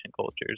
cultures